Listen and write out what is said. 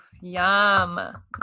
yum